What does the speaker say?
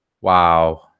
wow